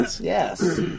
Yes